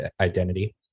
identity